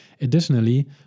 Additionally